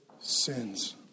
sins